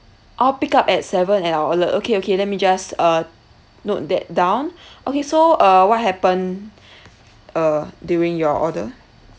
all pick up at seven at our outlet okay okay let me just uh note that down okay so uh what happen uh during your order